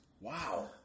Wow